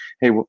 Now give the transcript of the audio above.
hey